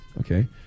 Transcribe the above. okay